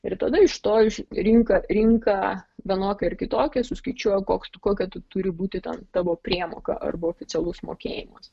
ir tada iš to rinka rinka vienokia ar kitokia suskaičiuoja koks tu kokia tu turi būti ten tavo priemoka arba oficialus mokėjimas